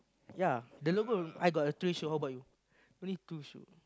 ya the logo I got a three shoe how about you only two shoe